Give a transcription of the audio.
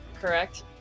correct